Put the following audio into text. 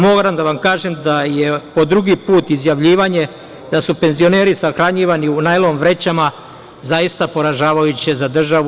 Moram da vam kažem da je po drugi put izjavljivanje da su penzioneri sahranjivani u najlon vrećama zaista po ražavajuće za državu.